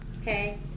Okay